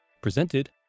presented